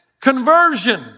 conversion